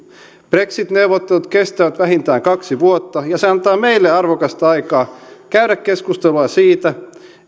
brexit neuvottelut kestävät vähintään kaksi vuotta ja se antaa meille arvokasta aikaa käydä keskustelua siitä